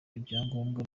ibyangombwa